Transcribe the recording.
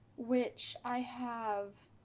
which i have